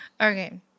Okay